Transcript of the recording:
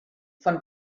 von